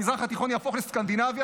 המזרח התיכון יהפוך לסקנדינביה,